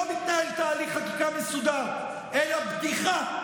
לא מתנהל תהליך חקיקה מסודר אלא בדיחה,